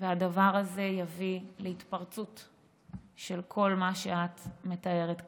והדבר הזה יביא להתפרצות של כל מה שאת מתארת כאן,